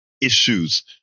issues